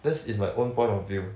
this is my own point of view